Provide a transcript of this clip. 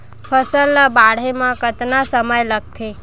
फसल ला बाढ़े मा कतना समय लगथे?